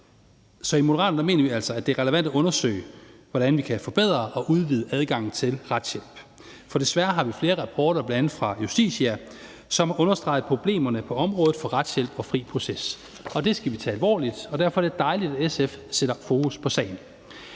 Så i Moderaterne mener vi altså, at det er relevant at undersøge, hvordan vi kan forbedre og udvide adgangen til retshjælp. For desværre har vi flere rapporter, bl.a. fra Justitia, som understreger problemerne på området for retshjælp og fri proces. Det skal vi tage alvorligt, og derfor er det dejligt, at SF sætter fokus på sagen.